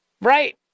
Right